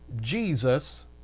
jesus